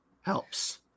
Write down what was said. helps